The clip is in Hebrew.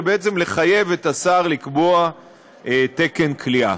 ובעצם לחייב את השר לקבוע תקן כליאה.